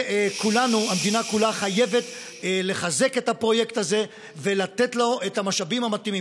והמדינה כולה חייבת לחזק את הפרויקט הזה ולתת לו את המשאבים המתאימים.